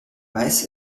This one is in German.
weiß